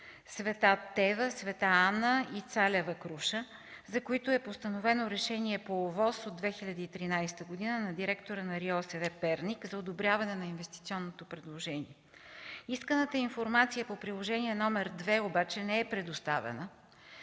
„Света Тева”, „Света Ана” и „Цалева круша”, за които е постановено решение по ОВОС от 2013 г. на директора на РИОСВ – Перник, за одобряване на инвестиционното предложение. Исканата информация по Приложение № 2 обаче не е предоставена,